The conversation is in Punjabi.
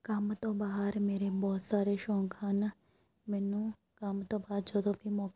ਕੰਮ ਤੋਂ ਬਾਹਰ ਮੇਰੇ ਬਹੁਤ ਸਾਰੇ ਸ਼ੌਂਕ ਹਨ ਮੈਨੂੰ ਕੰਮ ਤੋਂ ਬਾਅਦ ਜਦੋਂ ਵੀ ਮੌਕਾ